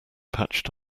patched